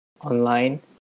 online